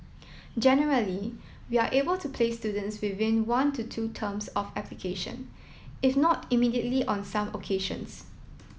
generally we are able to place students within one to two terms of application if not immediately on some occasions